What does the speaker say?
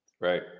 Right